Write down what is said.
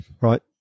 Right